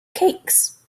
cakes